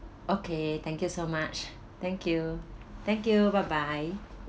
okay thank you so much thank you thank you bye bye